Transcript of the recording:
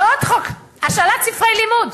ועוד חוק, השאלת ספרי לימוד.